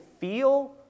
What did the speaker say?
feel